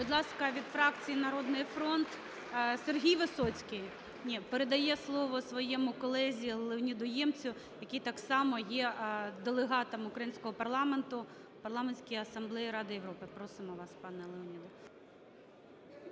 Будь ласка, від фракції "Народний фронт" Сергій Висоцький, ні, передає слово своєму колезі Леоніду Ємцю, який так само є делегатом українського парламенту в Парламентській асамблеї Ради Європи. Просимо вас, пане Леоніде.